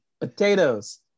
Potatoes